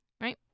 right